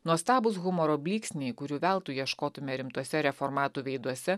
nuostabūs humoro blyksniai kurių veltui ieškotumėme rimtuose reformatų veiduose